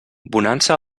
bonança